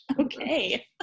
Okay